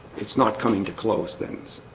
it's not coming to close things.